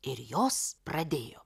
ir jos pradėjo